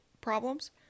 problems